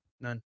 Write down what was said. None